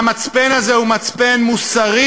והמצפן הזה הוא מצפן מוסרי.